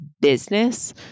business